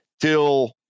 till